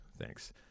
thanks